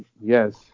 Yes